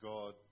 God